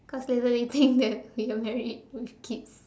cause later they think that we are married with with kids